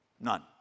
None